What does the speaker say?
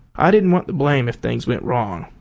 i didn't want the blame if things went wrong.